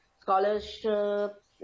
scholarships